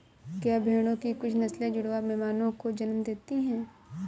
क्या भेड़ों की कुछ नस्लें जुड़वा मेमनों को जन्म देती हैं?